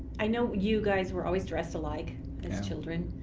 i know you guys were always dressed alike as children,